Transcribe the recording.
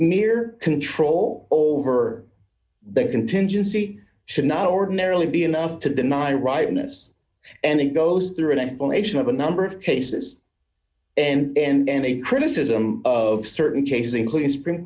mere control over that contingency should not ordinarily be enough to deny rightness and it goes through an explanation of a number of cases and a criticism of certain cases including supreme